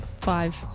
Five